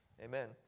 amen